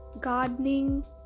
gardening